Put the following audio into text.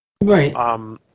Right